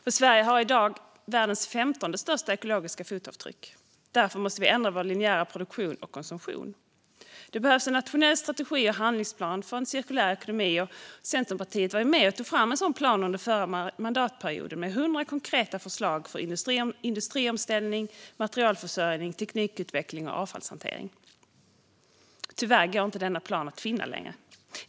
I dag har Sverige världens femtonde största ekologiska fotavtryck, och därför måste vi ändra vår linjära produktion och konsumtion. Det behövs en nationell strategi och handlingsplan för en cirkulär ekonomi. Centerpartiet var med och tog fram en sådan plan under förra mandatperioden, med 100 konkreta förslag för industriomställning, materialförsörjning, teknikutveckling och avfallshantering. Tyvärr går denna plan inte längre att finna.